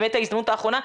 באמת ההזדמנות האחרונה.